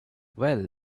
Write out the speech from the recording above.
well